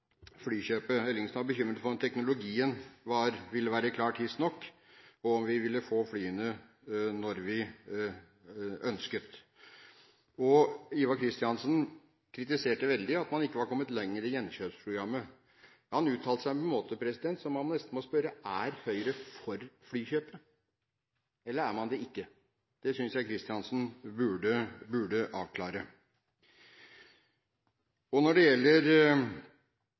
flykjøpet. Ellingsen var bekymret for om teknologien ville være klar tidsnok, og om vi ville få flyene når vi ønsket. Ivar Kristiansen kritiserte veldig at man ikke var kommet lenger i gjenkjøpsprogrammet. Han uttalte seg på en måte som gjør at man nesten må spørre: Er Høyre for flykjøpet, eller er man ikke det? Det synes jeg Kristiansen burde avklare. Når det gjelder